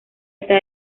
está